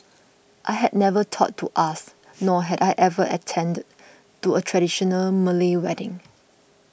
I had never thought to ask nor had I ever attended to a traditional Malay wedding